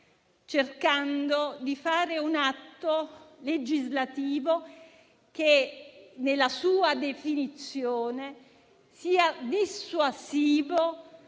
cercando di approvare un atto legislativo che, nella sua definizione, sia dissuasivo